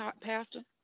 pastor